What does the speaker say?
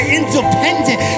independent